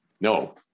No